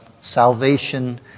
salvation